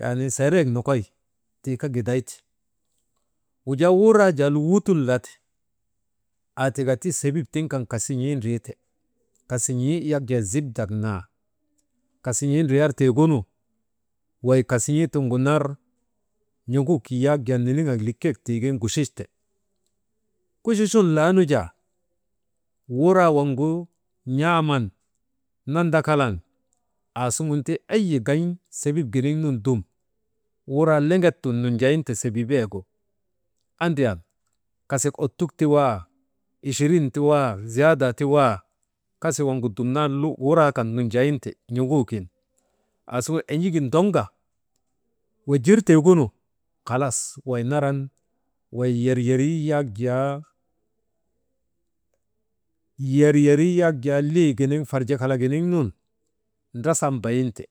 Yaanii seereyek nokoy tiika gidayte wujaa wuraa jaa wutun la te aati kati sebit tiŋ kan kasin̰ii ndriite, kasin̰ii yak jaa zibdak naa, kasin̰ii ndriyan tiigunu wey kasin̰ii tiŋgu nar n̰oŋuk yak jaa niniŋak likek tiigin guchuchte. Kuchuchan laanu jaa wuraa waŋgu n̰aaman nandakalan aassuŋun aasuŋunti ayi ŋan sebit giniŋnun dum wuraa leŋek tun nunjayinte sebiibayegu andriyan kasik ottik ti waa, ichirin ti waa ziyaadaa ti waa, kasii waŋgu dumnan wuraa kan nunjayin te n̰oŋuugin en̰igin ndoŋka wojir tiigunu halas wey naran wey yeryerii yak jaa liginiŋ farjekalaginiŋ nun ndrasan bayin te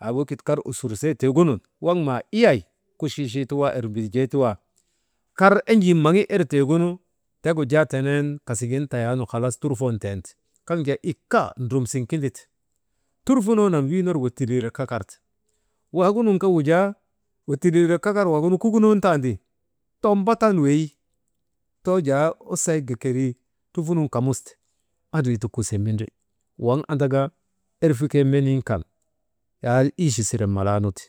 haa wekit kar usursee tiigunun waŋ maa iyay kuchkuchee ti waa, ermbiljee ti waa, kar enjii maŋi ir tiigunu tegu jaa tenen kasigin tayaanu halas turbon tenti. Kaŋ jaa ikka ndromsin kindite, turfunoonaŋ wiiner wuttuleere kakarte wagunun kaa wujaa wuttuleere kakar waagunu kukunon tandi too mbartan wey toojaa usayik ka keri trufunun kamuste andri kuse mendri waŋ andaka erfikee meniin kan iichi sire malaanu ti.